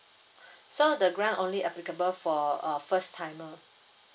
so the grant only applicable for uh first timer